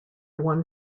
one